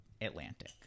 Atlantic